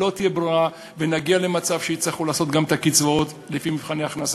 לא תהיה ברירה ונגיע למצב שיצטרכו לעשות גם את הקצבאות לפי מבחני הכנסה.